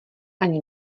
ani